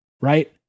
right